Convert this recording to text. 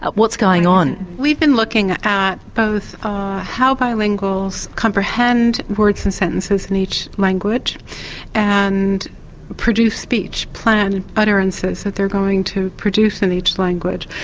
what's going on? we've been looking at both how bilinguals comprehend words and sentences in each language and produce speech, plan utterances that they are going to produce in each language.